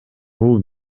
бул